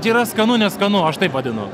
čia yra skanu neskanu aš taip vadinu